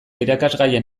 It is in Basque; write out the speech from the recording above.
irakasgaian